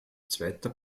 zweiter